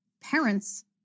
Parents